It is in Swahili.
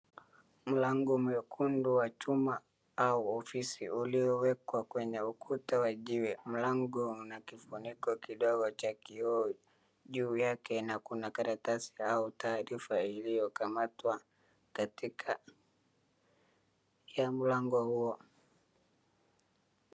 Mlango mwekundu wa chuma au ofisi uliowekwa kwenye ukuta wa jiwe, mlango una kifuniko kidogo cha kioo juu yake na kuna karatasi au taarifa iliyokamatwa katika ya mlango huo.